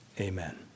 Amen